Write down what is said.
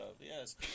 yes